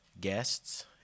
guests